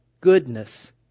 goodness